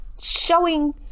showing